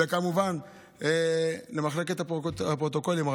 וכמובן למחלקת הפרוטוקולים,